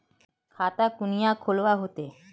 खाता कुनियाँ खोलवा होते?